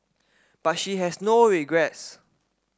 but she has no regrets